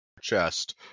chest